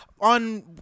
on